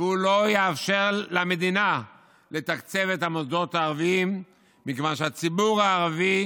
והוא לא יאפשר למדינה לתקצב את המוסדות הערביים מכיוון שהציבור הערבי